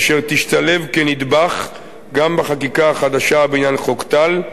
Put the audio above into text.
אשר תשתלב כנדבך גם בחקיקה החדשה בעניין חוק טל,